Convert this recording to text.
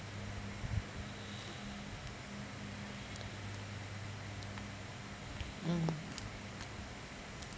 mm